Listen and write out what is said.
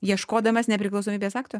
ieškodamas nepriklausomybės akto